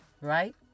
right